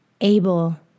able